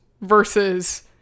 versus